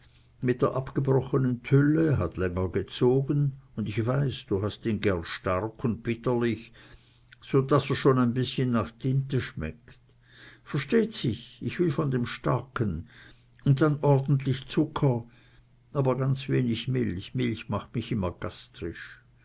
mit der abgebrochenen tülle hat länger gezogen und ich weiß du hast ihn gern stark und bitterlich so daß er schon ein bißchen nach tinte schmeckt versteht sich ich will von dem starken und dann ordentlich zucker aber ganz wenig milch milch macht immer